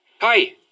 Hi